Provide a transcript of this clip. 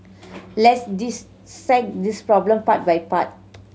let's dissect this problem part by part